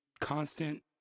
constant